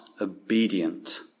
obedient